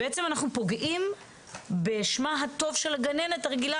בעצם אנחנו פוגעים בשמה הטוב של הגננת הרגילה